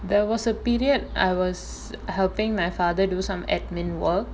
there was a period I was helping my father do some administrative work